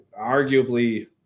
arguably